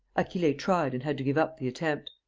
achille tried and had to give up the attempt.